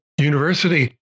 university